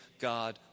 God